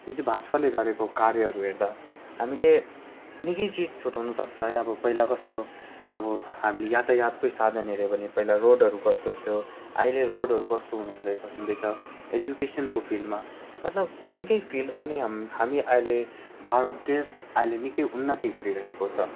जुन चाहिँ भाजपाले गरेको कार्यहरू हेर्दा हामीले निकै चिज छुट्ट्याउनु सक्छ है अब पहिला कस्तो अब हामीले यातायातकै साधन हेऱ्यो भने पहिला रोडहरू कस्तो थियो अहिले रोडहरू कस्तो हुनु हुँदैछ हुँदैछ एजुकेसनको फिल्डमा मतलब निकै फिल्डमा नै हाम हामी अहिले भारत देश अहिले निकै उन्नति गरिरएको छ